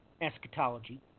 eschatology